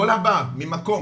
כל הבא ממקום